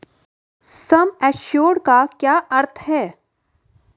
सम assured का क्या अर्थ है?